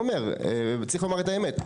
צריך לומר את האמת.